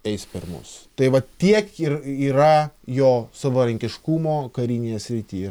eis per mus tai vat tiek ir yra jo savarankiškumo karinėje srity